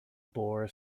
boar